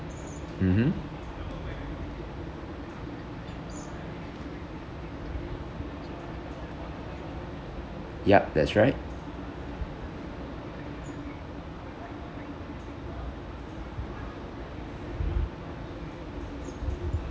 mmhmm yup that's right